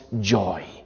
joy